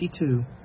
52